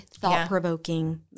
thought-provoking